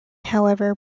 however